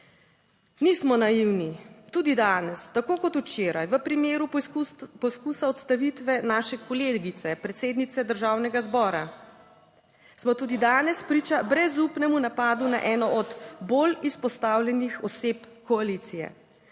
Nismo naivni tudi danes, tako kot včeraj v primeru poskusa odstavitve naše kolegice predsednice Državnega zbora, smo tudi danes priča brezupnemu napadu na eno od bolj izpostavljenih oseb koalicije.